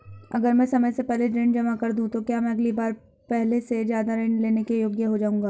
अगर मैं समय से पहले ऋण जमा कर दूं तो क्या मैं अगली बार पहले से ज़्यादा ऋण लेने के योग्य हो जाऊँगा?